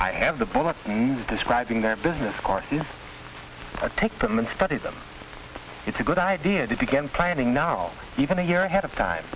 i have the ball on describing their business courses i take them and study them it's a good idea to begin planning now even a year ahead of time